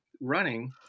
running